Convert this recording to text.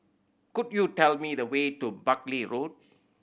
could you tell me the way to Buckley Road